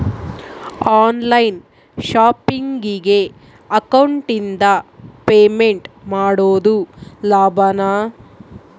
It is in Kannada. ಆನ್ ಲೈನ್ ಶಾಪಿಂಗಿಗೆ ಅಕೌಂಟಿಂದ ಪೇಮೆಂಟ್ ಮಾಡೋದು ಲಾಭಾನ?